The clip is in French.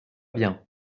bien